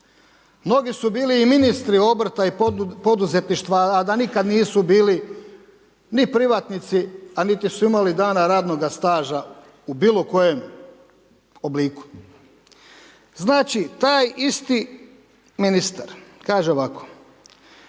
Mnogi su bili i ministri obrta i poduzetništva, a da nikad nisu bili ni privatnici, a niti su imali dana radnoga staža u bilo kojem obliku. Znači, taj isti ministar kaže ovako,